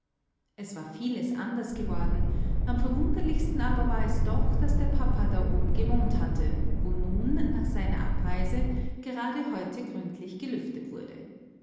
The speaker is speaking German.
es war vieles anders geworden am verwunderlichsten aber war es doch daß der papa da oben gewohnt hatte wo nun nach seiner abreise gerade heute gründlich gelüftet wurde